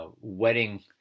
wedding